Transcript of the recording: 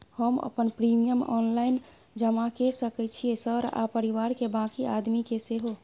हम अपन premium online जमा के सके छियै सर आ परिवार के बाँकी आदमी के सेहो?